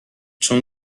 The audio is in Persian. چون